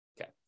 Okay